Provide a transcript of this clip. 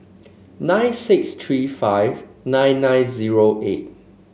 nine six three five nine nine zero eight